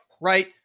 right